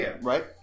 right